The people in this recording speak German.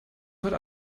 heute